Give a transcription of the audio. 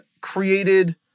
Created